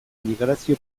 migrazio